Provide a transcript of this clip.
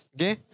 Okay